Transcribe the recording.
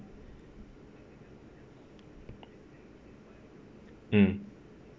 mm